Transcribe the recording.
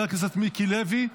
חבר הכנסת מיקי לוי,